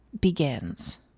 begins